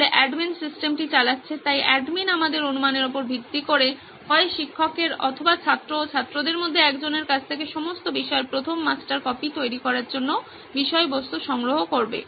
তাহলে অ্যাডমিন সিস্টেমটি চালাচ্ছে তাই অ্যাডমিন আমাদের অনুমানের উপর ভিত্তি করে হয় শিক্ষকের অথবা ছাত্র ছাত্রদের মধ্যে একজনের কাছ থেকে সমস্ত বিষয়ের প্রথম মাস্টার কপি তৈরি করার জন্য বিষয়বস্তু সংগ্রহ করবে